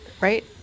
Right